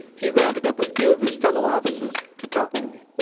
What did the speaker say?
he rounded up a few of his fellow officers to talk to me